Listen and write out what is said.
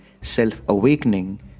self-awakening